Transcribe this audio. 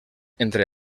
entre